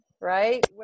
right